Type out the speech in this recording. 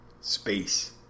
space